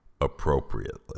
appropriately